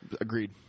agreed